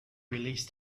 release